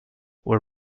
when